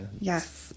Yes